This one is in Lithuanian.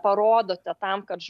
parodote tam kad